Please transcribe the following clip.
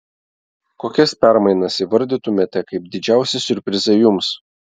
kokias permainas įvardytumėte kaip didžiausią siurprizą jums